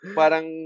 parang